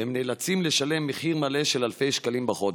והם נאלצים לשלם מחיר מלא של אלפי שקלים בחודש.